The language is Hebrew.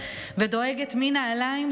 ודואגת לנעליים,